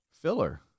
Filler